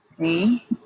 okay